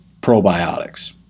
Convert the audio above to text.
probiotics